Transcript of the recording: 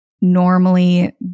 normally